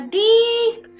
deep